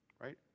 right